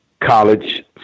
college